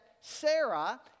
Sarah